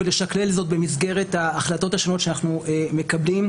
ולשקלל זאת במסגרת ההחלטות השונות שאנחנו מקבלים,